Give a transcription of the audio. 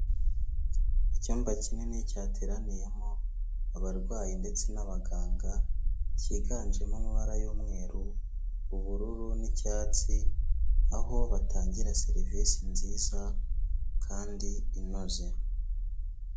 Icyumba kinini cyateraniyemo abarwayi ndetse n'abaganga, kiganjemo amabara y'umweru, ubururu n'icyatsi aho batangira serivise nziza kandi inoze.